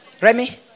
Remy